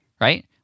right